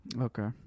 Okay